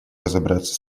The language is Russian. разобраться